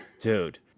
Dude